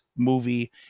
movie